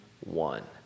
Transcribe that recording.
one